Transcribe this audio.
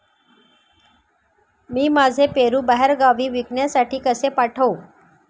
मी माझे पेरू बाहेरगावी विकण्यासाठी कसे पाठवू?